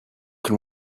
can